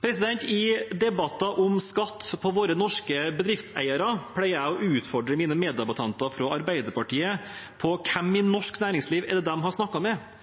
I debatter om skatt på våre norske bedriftseiere pleier jeg å utfordre mine meddebattanter fra Arbeiderpartiet på hvem i norsk næringsliv de har snakket med